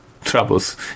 troubles